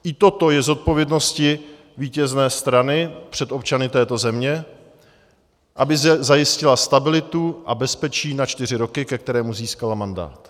I toto je zodpovědností vítězné strany před občany této země, aby zajistila stabilitu a bezpečí na čtyři roky, ke kterým získala mandát.